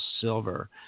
silver